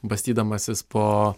bastydamasis po